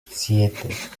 siete